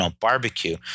barbecue –